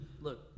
look